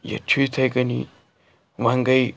ییٚتہِ چھُ یِتھٕے کٔنی وۄنۍ گٔے